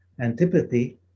antipathy